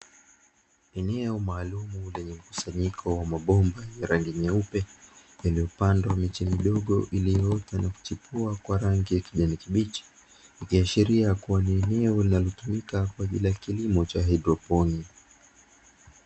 Eneo maalumu lenye mkusanyiko wa mabomba ya rangi nyeupe, yaliyopandwa miche midogo iliyoota na kuchipua kwa rangi ya kijani kibichi, ikiashiria kua ni eneo linalo tumika kwa ajili ya kilimo cha kihaidroponi.